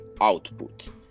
output